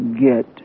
get